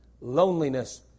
loneliness